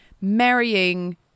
marrying